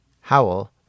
Howell